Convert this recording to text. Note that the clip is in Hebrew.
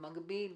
במקביל?